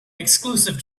exclusive